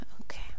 Okay